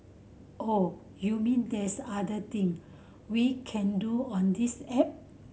oh you mean there's other thing we can do on this app